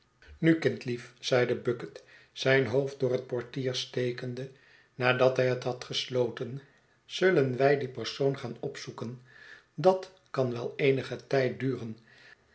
nu kindlief zeide bucket zijn hoofd door het portier stekende nadat hij het had gesloten zullen wij die persoon gaan opzoeken dat kan wel eenigen tijd duren